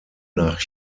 nach